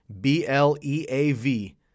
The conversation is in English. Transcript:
B-L-E-A-V